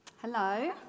Hello